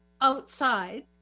outside